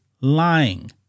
lying